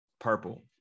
purple